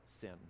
sin